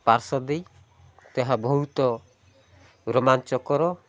ପାର୍ଶ୍ୱ ଦେଇ ତାହା ବହୁତ ରୋମାଞ୍ଚକର